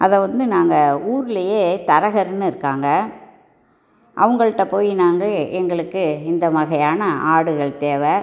அதை வந்து நாங்கள் ஊர்லேயே தரகர்னு இருக்காங்க அவங்கள்ட்ட போய் நாங்கள் எங்களுக்கு இந்த வகையான ஆடுகள் தேவை